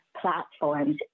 platforms